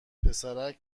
پسرک